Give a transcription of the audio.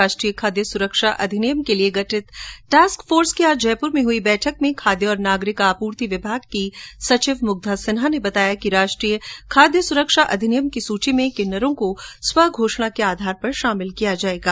राष्ट्रीय खादय सुरक्षा अधिनियम के लिए गठित टॉस्क फोर्स की आज जयपुर में हुई बैठक में खाद्य और नागरिक आपूर्ति विभाग की सचिव मुग्धा सिन्हा ने बताया कि राष्ट्रीय खाद्य सुरक्षा अधिनियम की सूची में किन्नरों को स्वघोषणा के आधार पर शामिल किया जायेगा